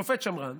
שופט שמרן